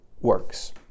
works